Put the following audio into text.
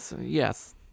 yes